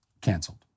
canceled